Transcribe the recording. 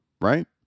right